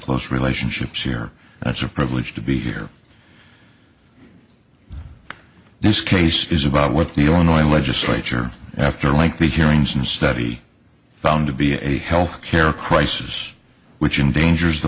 close relationships here and it's a privilege to be here in this case is about what the illinois legislature after like the hearings and study found to be a health care crisis which in dangers the